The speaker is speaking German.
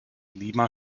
lima